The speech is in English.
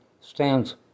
stands